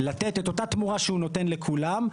לתת את אותה תמורה שהוא נותן לכולם,